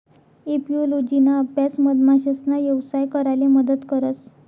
एपिओलोजिना अभ्यास मधमाशासना यवसाय कराले मदत करस